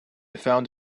found